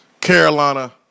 Carolina